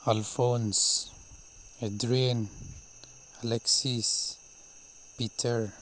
Alphonse ꯍꯦꯗ꯭ꯔꯤꯟ Alexis Peter